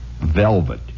velvet